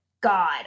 God